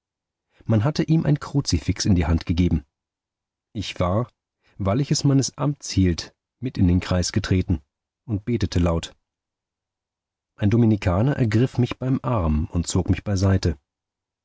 man hatte ihm ein kruzifix in die hand gegeben ich war weil ich es meines amts hielt mit in den kreis getreten und betete laut ein dominikaner ergriff mich beim arm und zog mich beiseite